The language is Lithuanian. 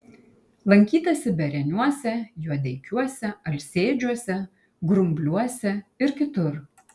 lankytasi bereniuose juodeikiuose alsėdžiuose grumbliuose ir kitur